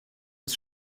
des